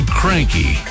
cranky